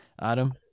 Adam